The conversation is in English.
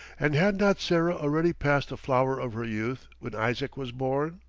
and had not sarah already passed the flower of her youth when isaac was born?